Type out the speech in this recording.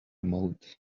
mode